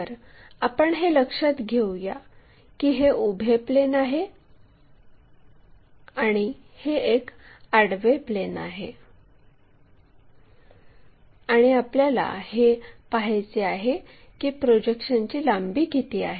तर आपण हे लक्षात घेऊया की हे उभे प्लेन आहे हे एक आडवे प्लेन आहे आणि आपल्याला हे पाहायचे आहे की प्रोजेक्शनची लांबी किती आहे